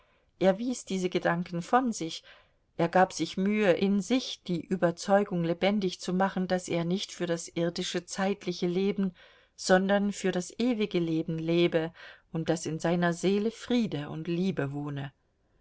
wies diese gedanken von sich er gab sich mühe in sich die überzeugung lebendig zu machen daß er nicht für das irdische zeitliche leben sondern für das ewige leben lebe und daß in seiner seele friede und liebe wohne